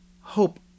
hope